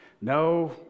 No